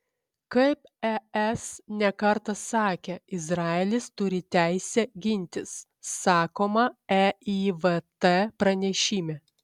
kaip es ne kartą sakė izraelis turi teisę gintis sakoma eivt pranešime